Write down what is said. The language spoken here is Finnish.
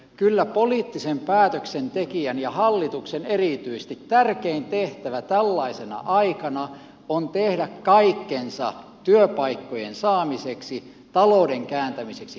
kyllä poliittisen päätöksentekijän ja hallituksen erityisesti tärkein tehtävä tällaisena aikana on tehdä kaikkensa työpaikkojen saamiseksi talouden kääntämiseksi kasvuun